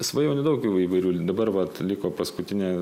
svajonių daug įvairių dabar vat liko paskutinė